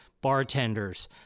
bartenders